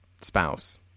spouse